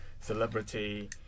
celebrity